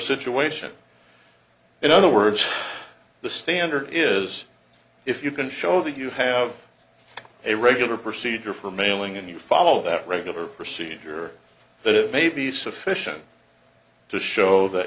situation in other words the standard is if you can show that you have a regular procedure for mailing and you follow that regular procedure that it may be sufficient to show that